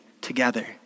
together